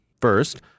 First